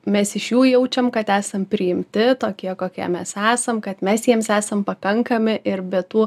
mes iš jų jaučiam kad esam priimti tokie kokie mes esam kad mes jiems esam pakankami ir be tų